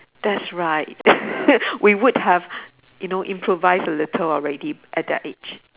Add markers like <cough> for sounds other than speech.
that's right <laughs> we would have you know improvise a little already at that age